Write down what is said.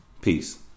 Peace